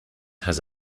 has